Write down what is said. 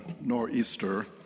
nor'easter